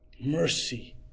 mercy